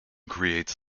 creates